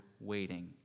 waiting